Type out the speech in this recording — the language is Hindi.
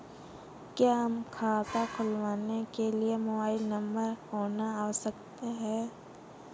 क्या खाता खोलने के लिए मोबाइल नंबर होना आवश्यक है?